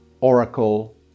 oracle